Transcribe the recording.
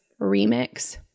remix